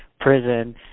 prison